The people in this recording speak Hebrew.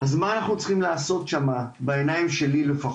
אז מה אנחנו צריכים לעשות שם, בעיניים שלי לפחות.